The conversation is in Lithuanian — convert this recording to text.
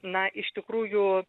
na iš tikrųjų